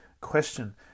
question